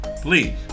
please